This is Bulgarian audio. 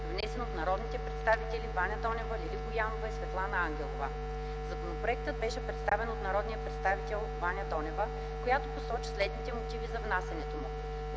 внесен от народните представители Ваня Донева, Лили Боянова и Светлана Ангелова. Законопроектът беше представен от народния представител Ваня Донева, която посочи следните мотиви за внасянето му: